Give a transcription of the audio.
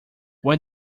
when